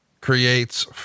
creates